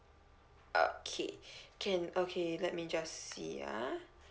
okay can okay let me just see ah